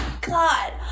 god